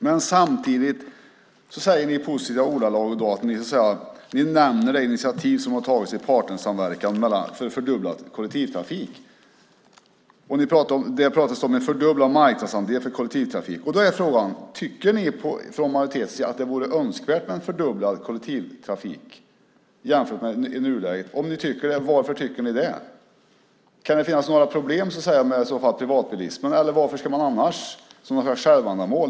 Men samtidigt nämner ni i positiva ordalag det initiativ som har tagits när det gäller partnersamverkan för en fördubblad kollektivtrafik. Det har pratats om en fördubblad marknadsandel för kollektivtrafik. Då är frågan: Tycker ni från majoritetens sida att det är önskvärt med en fördubblad kollektivtrafik jämfört med hur det är i nuläget? Om ni tycker det undrar jag: Varför tycker ni det? Kan det i så fall finnas några problem med privatbilismen, eller är det något slags självändamål?